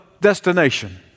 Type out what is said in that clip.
destination